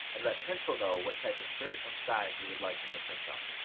and let printful know what type of shirt and size we would like them to print on.